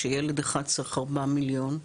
שילד אחד צריך 4 מיליון,